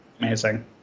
Amazing